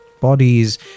bodies